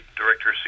director